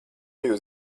jūs